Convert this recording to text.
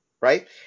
right